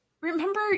remember